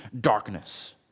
darkness